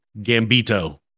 gambito